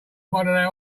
wondered